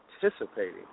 participating